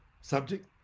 subject